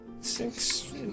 six